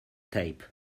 tape